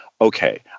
okay